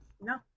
No